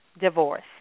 divorce